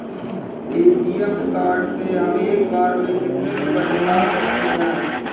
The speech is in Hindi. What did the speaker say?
ए.टी.एम कार्ड से हम एक बार में कितने रुपये निकाल सकते हैं?